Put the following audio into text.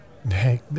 Hey